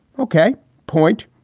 ok, point.